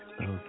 Okay